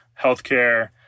healthcare